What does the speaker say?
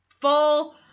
full